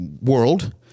world